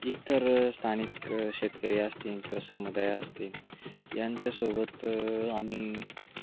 इतर स्थानिक शेतकरी असतीन किंवा समुदाय असतीन यांच्यासोबत आम्ही